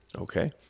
Okay